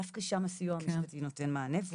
דווקא שם הסיוע נותן מענה.